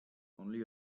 only